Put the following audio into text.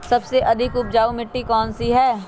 सबसे अधिक उपजाऊ मिट्टी कौन सी हैं?